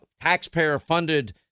taxpayer-funded